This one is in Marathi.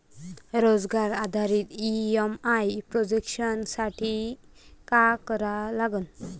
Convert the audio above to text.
रोजगार आधारित ई.एम.आय प्रोजेक्शन साठी का करा लागन?